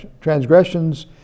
transgressions